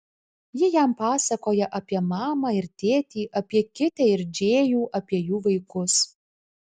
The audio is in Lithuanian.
ji jam pasakoja apie mamą ir tėtį apie kitę ir džėjų apie jų vaikus